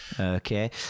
Okay